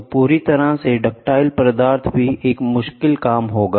तो पूरी तरह से डक्टाइल पदार्थ भी एक मुश्किल काम होगा